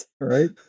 right